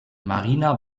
marina